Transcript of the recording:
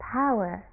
power